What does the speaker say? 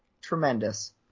tremendous